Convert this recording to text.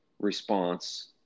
response